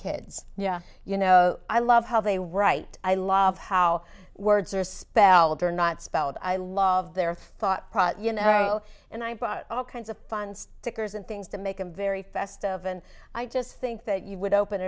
kids yeah you know i love how they write i love how words are spelled or not spelled i love their thought you know and i bought all kinds of fun stickers and things to make them very festive and i just think that you